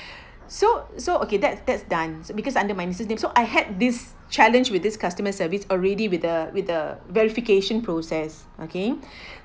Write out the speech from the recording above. so so okay that's that's done because under my username so I had this challenge with this customer service already with the with the verification process okay